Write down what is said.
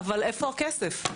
אבל איפה הכסף?